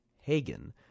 Hagen